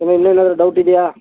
sir ಇನ್ನು ಏನಾದರೂ doubt ಇದೆಯಾ